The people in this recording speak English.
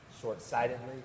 short-sightedly